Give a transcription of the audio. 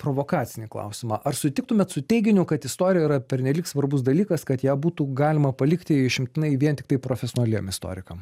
provokacinį klausimą ar sutiktumėt su teiginiu kad istorija yra pernelyg svarbus dalykas kad ją būtų galima palikti išimtinai vien tiktai profesionaliem istorikam